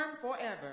forever